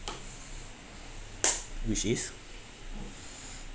which is